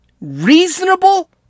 reasonable